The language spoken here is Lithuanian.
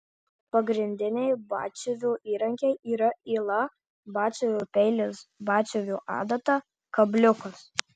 pagrindiniai batsiuvio įrankiai yra yla batsiuvio peilis batsiuvio adata kabliukas